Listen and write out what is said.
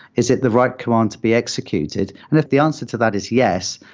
is it the right command to be executed? and if the answer to that is yes,